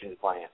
plan